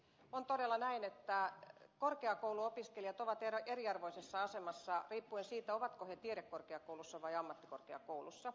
on todella näin että korkeakouluopiskelijat ovat eriarvoisessa asemassa riippuen siitä ovatko he tiedekorkeakoulussa tai ammattikorkeakoulussa